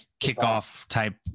kickoff-type